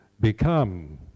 become